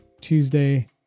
Tuesday